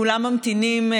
בכלל מה עומד לפנינו.